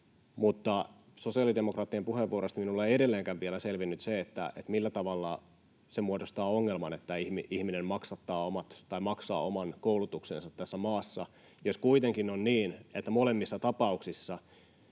Mutta sosiaalidemokraattien puheenvuoroista minulle ei edelleenkään vielä selvinnyt se, millä tavalla se muodostaa ongelman, että ihminen maksaa oman koulutuksensa tässä maassa, jos kuitenkin on niin, että tämän